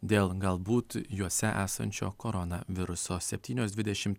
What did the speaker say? dėl galbūt juose esančio koronaviruso septynios dvidešimt